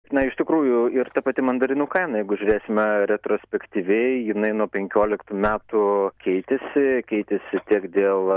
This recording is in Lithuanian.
na iš tikrųjų ir ta pati mandarinų kaina jeigu žiūrėsime retrospektyviai jinai nu penkioliktų metų keitėsi keitėsi tiek dėl